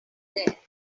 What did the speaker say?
there